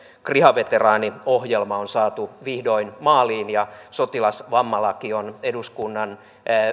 kriha veteraaniohjelma on saatu vihdoin maaliin ja sotilasvammalaki on eduskunnan